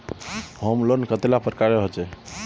Home loan कतेला प्रकारेर होचे?